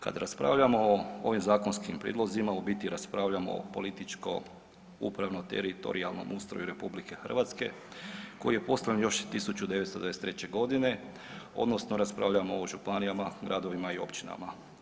Kada raspravljamo o ovim zakonskim prijedlozima u biti raspravljamo o političko-upravno-teritorijalnom ustroju RH koji je postavljen još 1993.g. odnosno raspravljamo o županijama, gradovima i općinama.